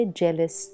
jealous